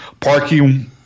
parking